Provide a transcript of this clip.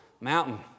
Mountain